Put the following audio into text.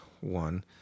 one